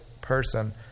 person